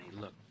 Look